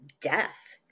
death